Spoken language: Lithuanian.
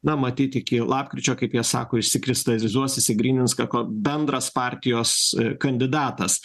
na matyt iki lapkričio kaip jie sako išsikristalizuos išsigrynins kai ko bendras partijos kandidatas